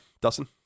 dustin